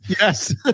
Yes